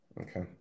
Okay